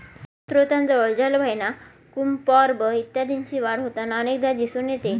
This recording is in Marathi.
जलस्त्रोतांजवळ जलवाहिन्या, क्युम्पॉर्ब इत्यादींची वाढ होताना अनेकदा दिसून येते